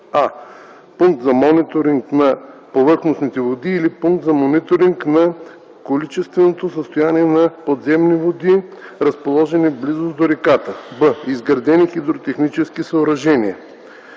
а) пункт за мониторинг на повърхностните води или пункт за мониторинг на количественото състояние на подземни води, разположен в близост до реката; б) изградени хидротехнически съоръжения;